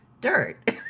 dirt